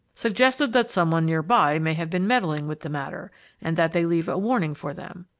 suggested that some one nearby may have been meddling with the matter and that they leave a warning for them.